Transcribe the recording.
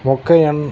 Mokkaiyan